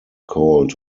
called